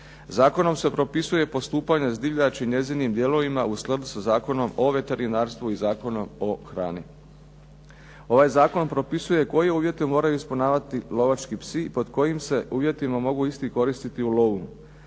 Zakonom se propisuje i postupanje s divljači i njezinim dijelovima u skladu sa Zakonom o veterinarstvu i Zakonom o hrani. Ovaj zakon propisuje koje uvjete moraju ispunjavati lovački psi, pod kojim se uvjetima mogu isti koristiti u lovu.